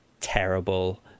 terrible